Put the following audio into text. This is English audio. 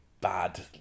bad